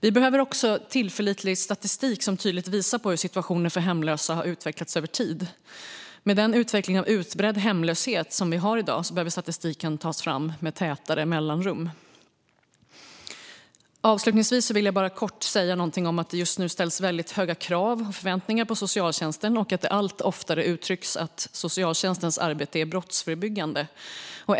Vi behöver också tillförlitlig statistik som tydligt visar på hur situationen för hemlösa har utvecklats över tid. Med utvecklingen av den utbredda hemlösheten som råder i dag behöver statistiken tas fram med tätare mellanrum. Avslutningsvis vill jag kort säga något om att det just nu ställs höga krav och förväntningar på socialtjänsten. Allt oftare uttrycks det att socialtjänstens arbete är brottsförebyggande.